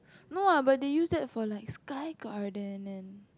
no what but they use that for like Sky-Garden and